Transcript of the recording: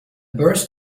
burst